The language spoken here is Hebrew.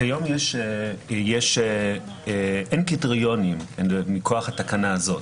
אין קריטריונים מכוח התקנה הזאת.